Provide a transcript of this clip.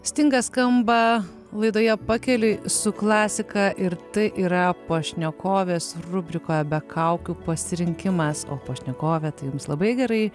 stingas skamba laidoje pakeliui su klasika ir tai yra pašnekovės rubrikoje be kaukių pasirinkimas o pašnekovė tai jums labai gerai